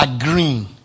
agreeing